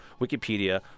Wikipedia